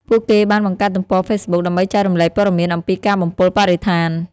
ពួកគេបានបង្កើតទំព័រហ្វេសបុក ដើម្បីចែករំលែកព័ត៌មានអំពីការបំពុលបរិស្ថាន។